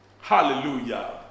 Hallelujah